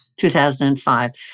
2005